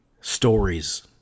stories